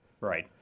right